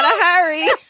ah harry